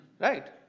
right